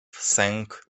sęk